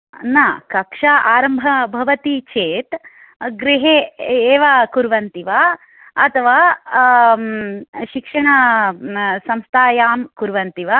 न कक्षा आरम्भ भवति चेत् गृहे एव कुर्वन्ति वा अथवा शिक्षणसंस्थायां कुर्वन्ति वा